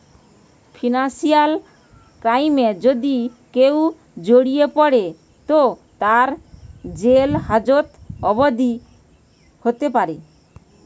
financial ক্রাইমে যদি কেও জড়িয়ে পড়ে তো তার জেল হাজত অবদি হোতে পারে